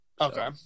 Okay